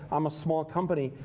i'm a small company.